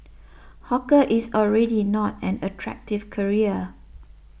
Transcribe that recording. hawker is already not an attractive career